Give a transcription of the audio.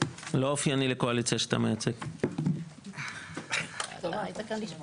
הישיבה ננעלה בשעה 14:52.